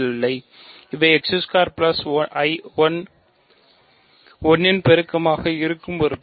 இவை 1 இன் பெருக்கங்களாக இருக்கும் உறுப்புக்கள்